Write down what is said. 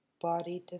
body